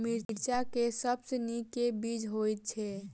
मिर्चा मे सबसँ नीक केँ बीज होइत छै?